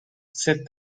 said